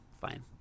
fine